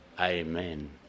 Amen